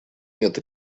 нет